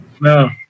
No